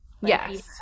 yes